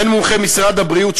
בין מומחי משרד הבריאות,